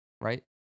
right